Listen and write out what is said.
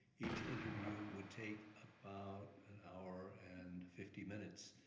each interview would take about an hour and fifty minutes.